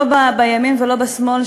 לא בימין ולא בשמאל,